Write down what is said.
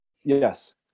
Yes